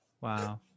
wow